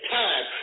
time